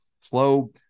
slow